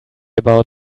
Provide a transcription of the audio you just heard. about